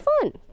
fun